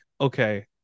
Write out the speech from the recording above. okay